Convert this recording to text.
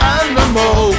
animal